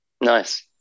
Nice